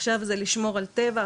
עכשיו זה לשמור על טבע,